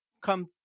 come